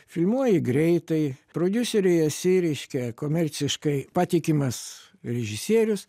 filmuoji greitai prodiuseriui esi ryškiai komerciškai patikimas režisierius